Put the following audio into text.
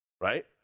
Right